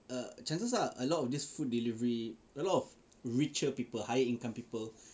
the chances are a lot of this food delivery a lot of richer people higher income people